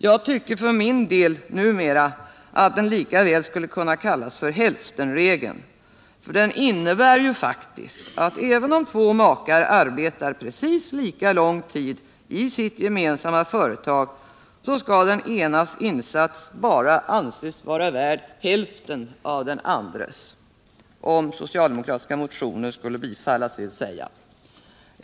Jag tycker för min del att den numera lika väl skulle kunna kallas hälftenregeln. Den innebär ju faktiskt att även om två makar arbetar precis lika lång tid i sitt gemensamma företag skall den enas insats bara anses vara värd hälften av den andres — om den socialdemokratiska motionen skulle bifallas, vill säga.